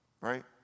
right